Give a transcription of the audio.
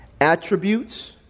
attributes